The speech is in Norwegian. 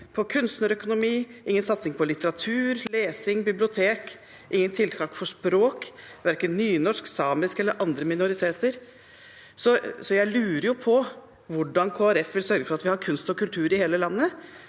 på kunstnerøkonomi, ingen satsing på litteratur, lesing og bibliotek, ingen tiltak for språk, verken nynorsk, samisk eller andre minoritetsspråk. Jeg lurer på hvordan Kristelig Folkeparti vil sørge for at vi har kunst og kultur i hele landet,